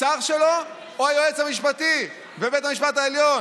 השר שלו או היועץ המשפטי ובית המשפט העליון?